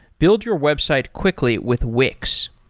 build your website quickly with wix.